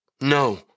no